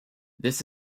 this